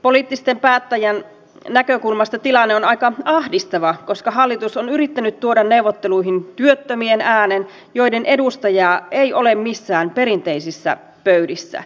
poliittisen päättäjän näkökulmasta tilanne on aika ahdistava koska hallitus on yrittänyt tuoda neuvotteluihin työttömien äänen joiden edustajaa ei ole missään perinteisissä pöydissä